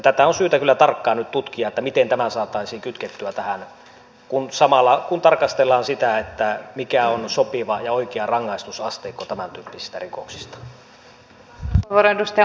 tätä on syytä kyllä tarkkaan nyt tutkia miten tämä saataisiin kytkettyä tähän kun tarkastellaan sitä mikä on sopiva ja oikea rangaistusasteikko tämäntyyppisistä rikoksista